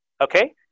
Okay